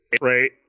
right